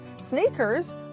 sneakers